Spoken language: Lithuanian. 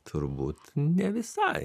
turbūt ne visai